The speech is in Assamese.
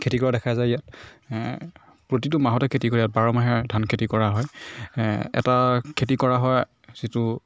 খেতি কৰা দেখা যায় ইয়াত প্ৰতিটো মাহতে খেতি কৰে ইয়াত বাৰমাহে ধান খেতি কৰা হয় এটা খেতি কৰা হয় যিটো